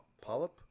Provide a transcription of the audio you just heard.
Polyp